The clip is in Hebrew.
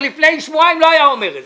לפני שבועיים עודד פורר לא היה אומר את זה.